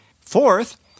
Fourth